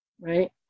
right